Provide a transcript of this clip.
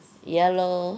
ya lor